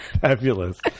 Fabulous